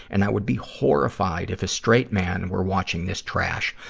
and i would be horrified if a straight man were watching this trach.